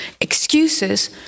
excuses